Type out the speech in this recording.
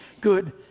good